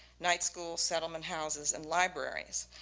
night school, settlement houses, and libraries.